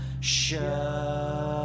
Show